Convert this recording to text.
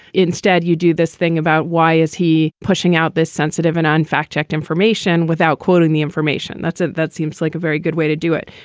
instead, you do this thing about why is he pushing out this sensitive and on fact-checked information without quoting the information. that's it. that seems like a very good way to do it.